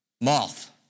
Moth